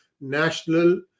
National